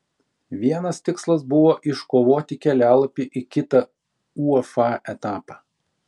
vienas tikslas buvo iškovoti kelialapį į kitą uefa etapą